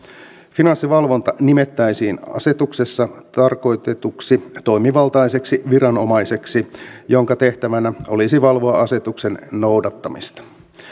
finanssivalvonta nimettäisiin asetuksessa tarkoitetuksi toimivaltaiseksi viranomaiseksi jonka tehtävänä olisi valvoa asetuksen noudattamista